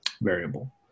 variable